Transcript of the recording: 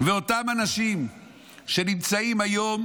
ואותם אנשים שנמצאים היום